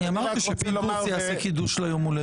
אמרתי שפינדרוס יעשה קידוש ליום הולדת.